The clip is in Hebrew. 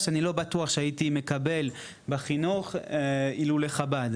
שאני לא בטוח שהייתי מקבל בחינוך אילולא חב"ד,